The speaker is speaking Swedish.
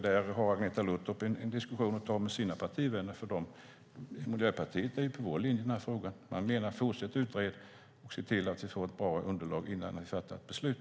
Där får Agneta Luttropp ta en diskussion med sina partivänner eftersom Miljöpartiet är på vår linje i denna fråga. Man menar att vi ska fortsätta att utreda och se till att vi får ett bra underlag innan vi fattar ett beslut.